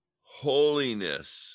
holiness